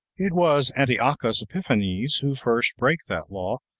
it was antiochus epiphanes who first brake that law,